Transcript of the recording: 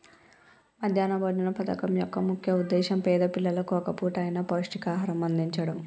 మధ్యాహ్న భోజన పథకం యొక్క ముఖ్య ఉద్దేశ్యం పేద పిల్లలకు ఒక్క పూట అయిన పౌష్టికాహారం అందిచడం